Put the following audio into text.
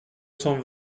cent